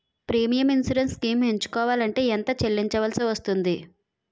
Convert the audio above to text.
Premium insurance schemes ఎంచుకోవలంటే ఎంత చల్లించాల్సివస్తుంది??